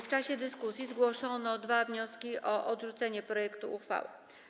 W czasie dyskusji zgłoszono dwa wnioski o odrzucenie projektu uchwały.